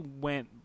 went